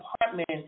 apartment